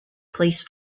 place